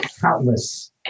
countless